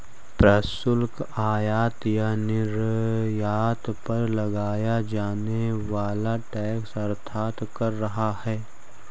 प्रशुल्क, आयात या निर्यात पर लगाया जाने वाला टैक्स अर्थात कर है